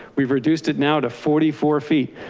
we've reduced it now to forty four feet.